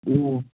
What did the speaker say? ꯑꯣ